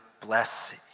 bless